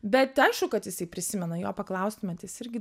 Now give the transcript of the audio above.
bet aišku kad jisai prisimena jo paklaustumėt jis irgi